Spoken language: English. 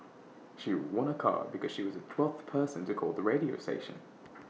she won A car because she was the twelfth person to call the radio station